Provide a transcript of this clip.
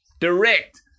direct